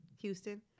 Houston